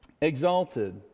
exalted